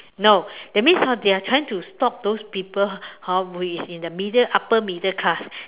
no that means hor they are trying to stop those people hor who is in the middle upper middle class